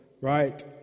right